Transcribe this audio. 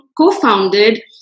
co-founded